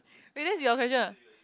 wait that's your question